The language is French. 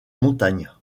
montagne